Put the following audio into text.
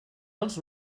els